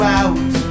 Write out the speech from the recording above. out